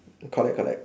correct correct